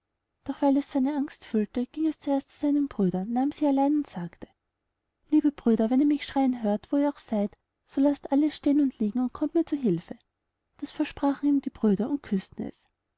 doch weil es so eine angst fühlte ging es erst zu seinen drei brüdern nahm sie allein und sagte liebe brüder wenn ihr mich schreien hört wo ihr auch seyd so laßt alles stehen und liegen und kommt mir zu hülfe das versprachen ihm die die brüder und küßten es